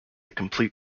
complete